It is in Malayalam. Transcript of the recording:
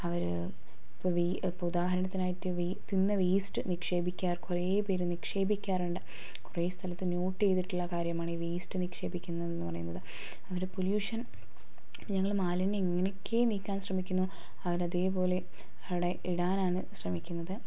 അവർ ഇപ്പോൾ വീ ഇപ്പം ഉദാഹരണത്തിനായിട്ട് വി തിന്ന വേസ്റ്റ് നിക്ഷേപിക്കാൻ കുറെ പേർ നിക്ഷേപിക്കാറുണ്ട് കുറെ സ്ഥലത്ത് നോട്ട് ചെയ്തിട്ടുള്ള കാര്യമാണ് ഈ വേസ്റ്റ് നിക്ഷേപിക്കുന്നതെന്ന് പറയുന്നത് അതൊരു പൊല്യൂഷൻ ഞങ്ങൾ മാലിന്യം എങ്ങനെയൊക്കെ നീക്കാൻ ശ്രമിക്കുന്നോ അവരതുപോലെ അവിടെ ഇടാനാണ് ശ്രമിക്കുന്നത്